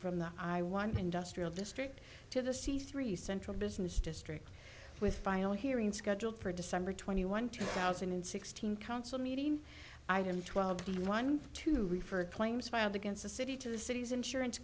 from the i one industrial district to the c three central business district with final hearing scheduled for december twenty one two thousand and sixteen council meeting item twelve thirty one to refer claims filed against the city to the city's insurance